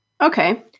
okay